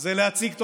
זה להציג תוכניות.